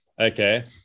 okay